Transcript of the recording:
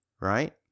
right